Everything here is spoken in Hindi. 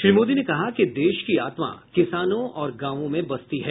श्री मोदी ने कहा कि देश की आत्मा किसानों और गांवों में बसती है